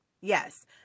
Yes